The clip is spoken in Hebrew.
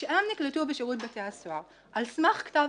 כשהם נקלטו בשירות בתי הסוהר על סמך כתב